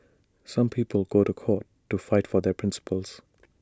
some people go to court to fight for their principles